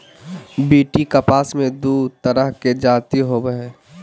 BT कपास मे दू तरह के जाति होबो हइ